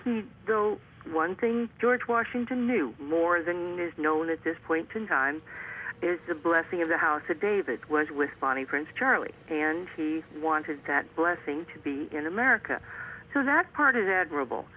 the one thing george washington knew more than is known at this point in time is the blessing of the house of david was with bonnie prince charlie and he wanted that blessing to be in america so that part is admirable